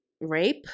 rape